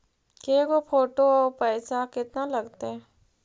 के गो फोटो औ पैसा केतना लगतै?